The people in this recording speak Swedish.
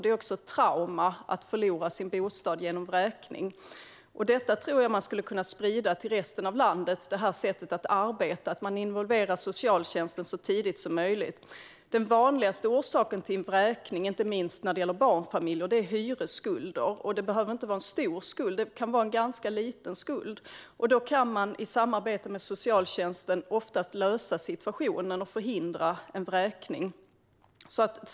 Det är ju dessutom ett trauma att förlora sin bostad genom vräkning. Man borde kunna sprida det här sättet att arbeta genom att involvera socialtjänsten så tidigt som möjligt till resten av landet. Den vanligaste orsaken till en vräkning, inte minst när det gäller barnfamiljer, är hyresskulder. Det behöver inte handla om en stor skuld, utan den kan vara ganska liten. I samarbete med socialtjänsten kan man oftast lösa situationen och förhindra en vräkning.